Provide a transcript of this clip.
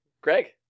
Greg